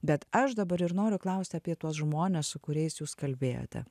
bet aš dabar ir noriu klausti apie tuos žmones su kuriais jūs kalbėjote